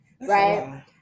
right